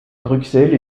bruxelles